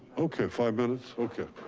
okay, five minutes, okay.